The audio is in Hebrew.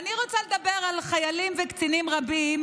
אני רוצה לדבר על חיילים וקצינים רבים,